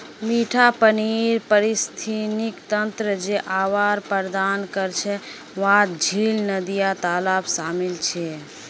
मिठा पानीर पारिस्थितिक तंत्र जे आवास प्रदान करछे वहात झील, नदिया, तालाब शामिल छे